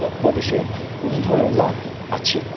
উত্তর প্রদেশের কুম্ভ মেলা আছে